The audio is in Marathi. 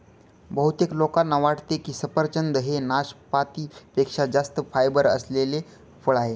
बहुतेक लोकांना वाटते की सफरचंद हे नाशपाती पेक्षा जास्त फायबर असलेले फळ आहे